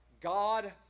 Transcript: God